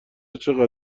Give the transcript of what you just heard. چقدر